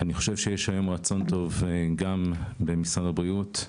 אני חושב שיש היום רצון טוב גם במשרד הבריאות.